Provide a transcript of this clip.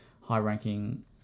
high-ranking